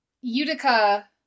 Utica